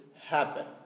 happen